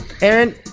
Aaron